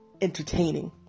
entertaining